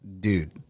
Dude